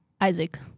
Isaac